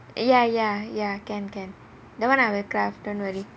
ya ya ya can can that [one] I'll craft don't worry